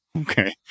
okay